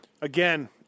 Again